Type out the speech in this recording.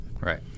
Right